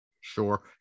Sure